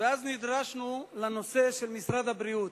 ואז נדרשנו לנושא של משרד הבריאות.